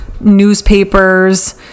newspapers